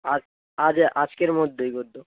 আজ আজে আজকের মধ্যেই কর দেবো